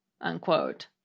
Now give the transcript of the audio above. unquote